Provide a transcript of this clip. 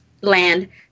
land